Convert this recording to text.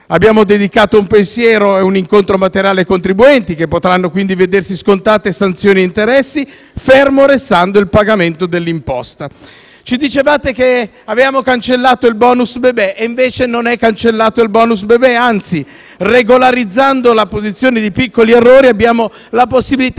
abbiamo dedicato un pensiero e un incontro materiale ai contribuenti, che potranno quindi vedersi scontati sanzioni e interessi, fermo restando il pagamento dell'imposta. Ci dicevate che abbiamo cancellato il *bonus* bebè e invece non è vero che è stato cancellato. Anzi, correggendo alcuni piccoli errori, abbiamo la possibilità